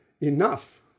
enough